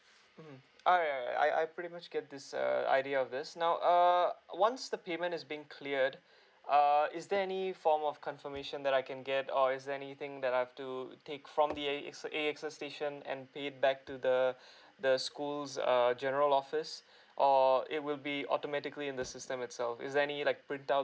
hmm alright alright I I pretty much get this err idea of this now err once the payment is being cleared err is there any form of confirmation that I can get or is there anything that I have to take from the A S A S X station and pay it back to the the schools err general office or it will be automatically in the system itself is there any like print out